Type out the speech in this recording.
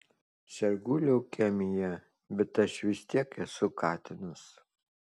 sergu leukemija bet aš vis tiek esu katinas